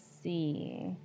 see